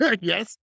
Yes